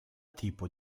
tipo